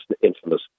infamous